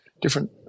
different